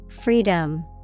Freedom